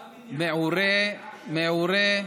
מעורה,